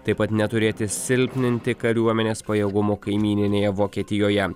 taip pat neturėti silpninti kariuomenės pajėgumų kaimyninėje vokietijoje